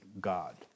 God